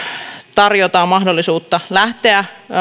tarjotaan mahdollisuutta lähteä